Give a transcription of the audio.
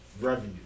revenue